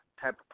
type